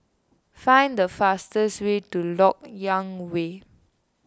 find the fastest way to Lok Yang Way